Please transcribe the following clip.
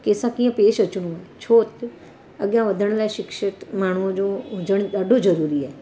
कंहिंसां कीअं पेश अचिणो आहे छो त अॻियां वधण लाइ शिक्षित माण्हूअ जो हुजणु ॾाढो ज़रूरी आहे